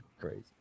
Crazy